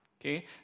Okay